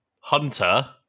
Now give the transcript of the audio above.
Hunter